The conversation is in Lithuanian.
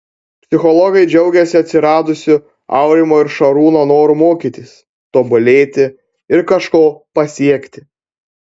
psichologai džiaugiasi atsiradusiu aurimo ir šarūno noru mokytis tobulėti ir kažko pasiekti